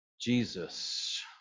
Jesus